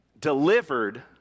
delivered